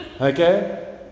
Okay